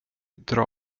dra